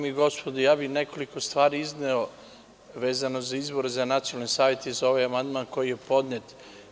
Dame i gospodo, ja bih nekoliko stvari izneo vezano za izvor za nacionalni savet i za ovaj amandman koji je podnet.